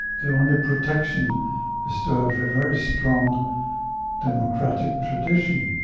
the only protection is to have a very strong democratic tradition